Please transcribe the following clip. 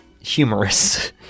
humorous